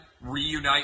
reunite